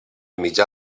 mitjà